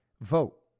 vote